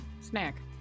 snack